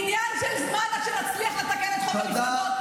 עניין של זמן עד שנצליח לתקן את חוק המפלגות.